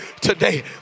today